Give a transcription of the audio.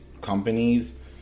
companies